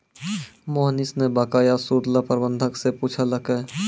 मोहनीश न बकाया सूद ल प्रबंधक स पूछलकै